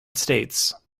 states